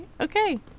okay